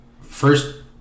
First